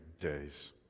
days